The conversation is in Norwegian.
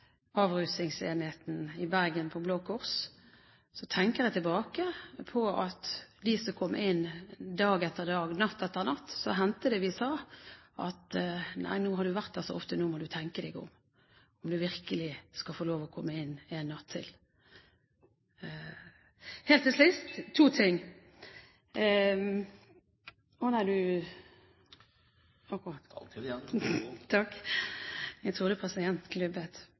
kom inn dag etter dag, natt etter natt. Det hendte vi sa: Nei, nå har du vært her så ofte, nå må du tenke deg om, om du virkelig skal få lov å komme inn én natt til. Helt til sist: Det er to ting